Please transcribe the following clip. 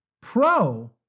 Pro